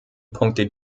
punkte